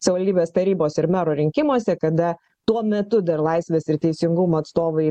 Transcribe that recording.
savivaldybės tarybos ir mero rinkimuose kada tuo metu dar laisvės ir teisingumo atstovai